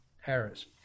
Harris